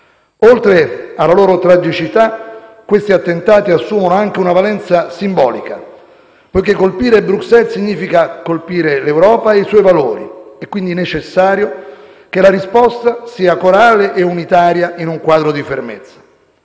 Oltre alla loro tragicità, questi attentati assumono anche una valenza simbolica, poiché colpire Bruxelles significa colpire l'Europa e i suoi valori; è quindi necessario che la risposta sia corale e unitaria in un quadro di fermezza.